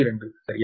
2 சரியா